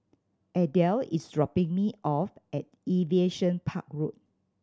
Adell is dropping me off at Aviation Park Road